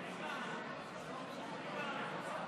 (הישיבה נפסקה בשעה